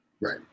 Right